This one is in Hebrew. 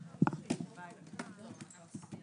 הישיבה ננעלה בשעה